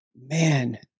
man